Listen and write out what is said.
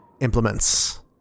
implements